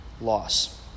loss